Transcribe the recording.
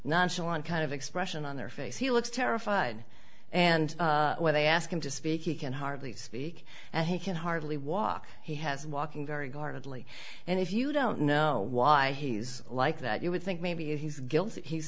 nonchalant kind of expression on their face he looks terrified and when they ask him to speak he can hardly speak and he can hardly walk he has walking very guardedly and if you don't know why he's like that you would think maybe he's guilty he's